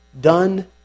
done